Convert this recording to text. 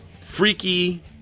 Freaky